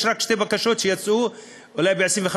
יש רק שתי בקשות שיצאו אולי ב-25 בנובמבר.